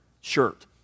shirt